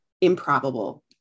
improbable